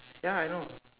ya I know